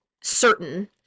certain